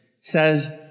says